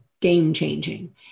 game-changing